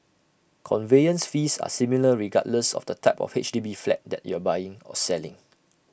conveyance fees are similar regardless of the type of H D B flat that you are buying or selling